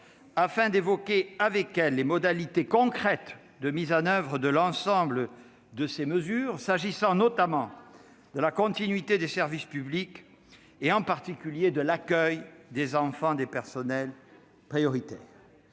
afin d'évoquer avec elles les modalités concrètes de mise en oeuvre de l'ensemble de ces mesures, s'agissant notamment de la continuité des services publics et, en particulier, de l'accueil des enfants des personnels prioritaires.